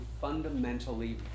fundamentally